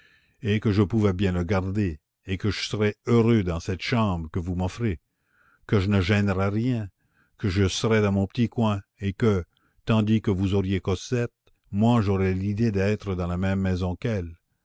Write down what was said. et que je pouvais bien le garder et que je serais heureux dans cette chambre que vous m'offrez que je ne gênerais rien que je serais dans mon petit coin et que tandis que vous auriez cosette moi j'aurais l'idée d'être dans la même maison qu'elle